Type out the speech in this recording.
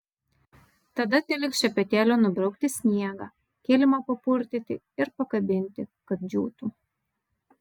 tada teliks šepetėliu nubraukti sniegą kilimą papurtyti ir pakabinti kad džiūtų